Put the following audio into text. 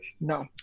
no